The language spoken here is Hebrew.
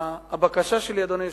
הבקשה שלי, אדוני היושב-ראש,